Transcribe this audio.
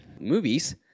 movies